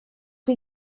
wie